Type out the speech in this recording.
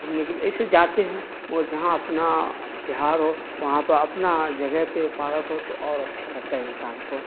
گھومنے کے لیے ایسے جاتے ہیں مگر جہاں اپنا بہار ہو وہاں پہ اپنا جگہ پہ پارک ہو تو اور اچھا لگتا ہے انسان کو